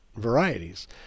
varieties